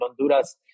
Honduras